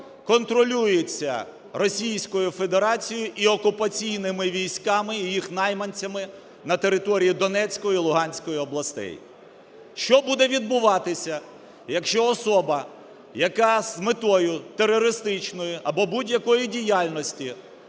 контролюється Російською Федерацією і окупаційними військами і їх найманцями на території Донецької, Луганської областей. Що буде відбуватися, якщо особа, яка з метою терористичною або будь-якої діяльності